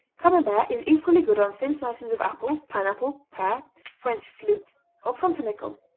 camembert is equally good on thin slices of apple, pineapple, pear, french flute or pumpernickel.